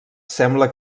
sembla